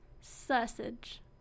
sausage